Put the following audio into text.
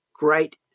great